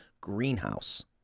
greenhouse